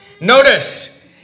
notice